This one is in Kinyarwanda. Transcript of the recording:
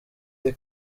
iri